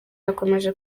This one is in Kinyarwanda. akomeje